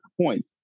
point